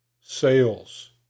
Sales